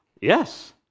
Yes